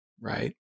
right